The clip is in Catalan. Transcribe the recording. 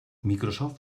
microsoft